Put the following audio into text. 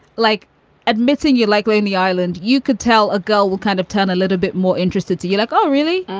like admitting you like lonely island, you could tell a girl will kind of turn a little bit more interested to you like, oh, really?